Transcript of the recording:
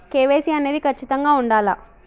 KYC అనేది ఖచ్చితంగా ఉండాలా?